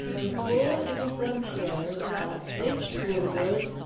the four in the front row are h woodward,